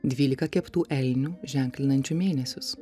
dvylika keptų elnių ženklinančių mėnesius